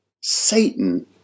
Satan